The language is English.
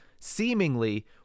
seemingly